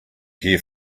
here